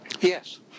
Yes